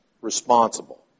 responsible